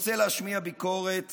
להשמיע ביקורת